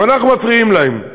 ואנחנו מפריעים להם.